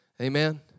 Amen